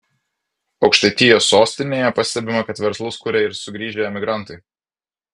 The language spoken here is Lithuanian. aukštaitijos sostinėje pastebima kad verslus kuria ir sugrįžę emigrantai